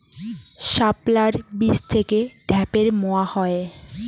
শাপলার বীজ থেকে ঢ্যাপের মোয়া হয়?